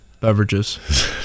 beverages